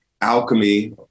alchemy